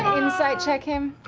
insight check him?